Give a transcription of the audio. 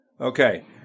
Okay